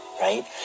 right